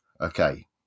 Okay